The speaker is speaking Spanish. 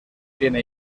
tiene